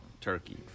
Turkey